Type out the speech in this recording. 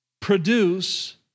produce